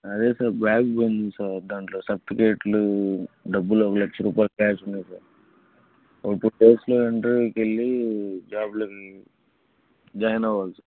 అదే sir bag పోయింది sir దాంట్లో సర్టిఫికెేట్లు డబ్బులు అవి ఒక లక్ష రూపాయలు క్యాష్ ఉన్నాయి సార్ ఒక పర్సనల్ ఇంటర్వ్యూకి వెళ్ళి జాబ్లోకి జాయన్ అవ్వాలి సార్